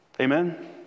Amen